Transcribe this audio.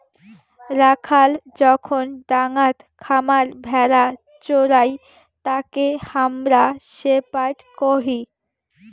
রাখাল যখন ডাঙাত খামার ভেড়া চোরাই তাকে হামরা শেপার্ড কহি